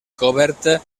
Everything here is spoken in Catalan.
coberta